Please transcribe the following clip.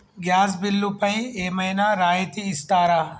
Gas బిల్లుపై ఏమైనా రాయితీ ఇస్తారా?